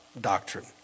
doctrine